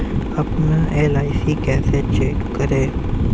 अपना एल.आई.सी कैसे चेक करें?